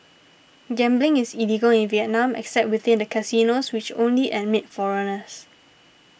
gambling is illegal in Vietnam except within the casinos which only admit foreigners